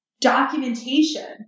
documentation